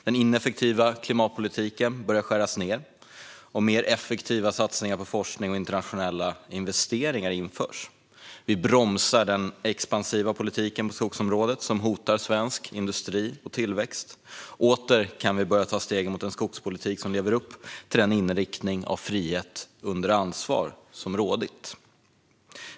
Den ineffektiva klimatpolitiken börjar skäras ned, och mer effektiva satsningar på forskning och internationella investeringar införs. Vi bromsar den expansiva politik på skogsområdet som hotar svensk industri och tillväxt. Åter kan vi börja ta stegen mot en skogspolitik som lever upp till den inriktning mot frihet under ansvar som har rått.